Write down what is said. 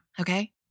okay